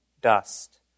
dust